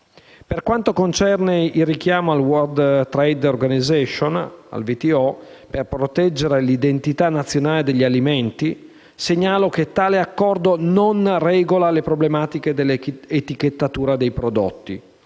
Per quanto concerne il richiamo alla World Trade Organization (WTO) per proteggere l'identità territoriale degli alimenti, segnalo che tale accordo non regola le problematiche dell'etichettatura dei prodotti.